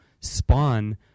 spawn